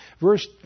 Verse